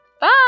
Bye